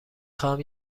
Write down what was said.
خواهم